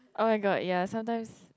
oh-my-god ya sometimes